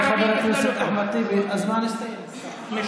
חבר הכנסת אחמד טיבי, הזמן הסתיים, בבקשה.